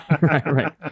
Right